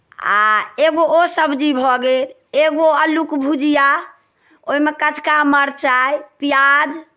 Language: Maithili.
आ एगो ओ सब्जी भऽ गेल एगो अल्लूके भुजिया ओहिमे कचका मिर्चाइ प्याज